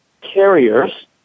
carriers